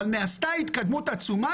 אבל נעשתה התקדמות עצומה,